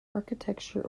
architecture